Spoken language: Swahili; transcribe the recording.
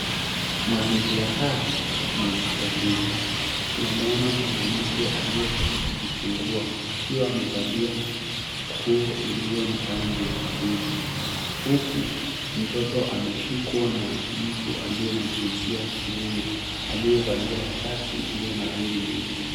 Mazingira haya ni ya hospitalini tunamwona mwanamke aliyetoka kujifungua akiwa amevalia nguo iliyo na rangi ya waridi huku mtoto ameshikwa na mtu aliye na jinsia ya kiume aliyevalia shati iliyo na rangi nyeusi.